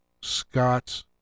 Scott's